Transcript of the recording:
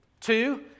Two